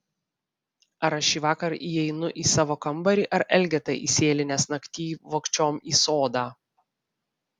ar aš šįvakar įeinu į savo kambarį ar elgeta įsėlinęs naktyj vogčiom į sodą